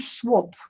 swap